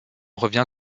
revient